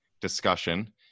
discussion